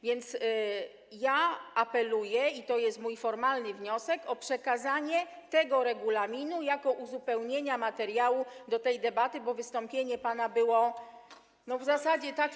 Więc ja apeluję, i to jest mój formalny wniosek, o przekazanie tego regulaminu jako uzupełnienia materiału dotyczącego tej debaty, bo wystąpienie pana było w zasadzie takie.